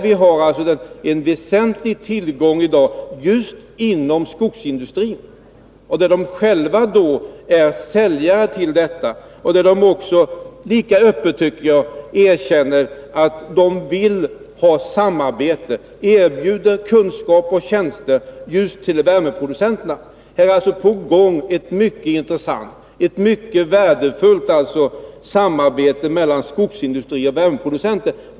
Vi har en väsentlig tillgång i dag just inom skogsindustrin, där man själv är säljare och också öppet erkänner att man vill ha samarbete. Man erbjuder kunskap och tjänster just till värmeproducenterna. Här är alltså ett mycket intressant och värdefullt samarbete mellan skogsindustrin och värmeproducenter på gång.